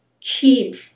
keep